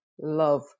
love